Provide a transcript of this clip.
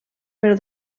per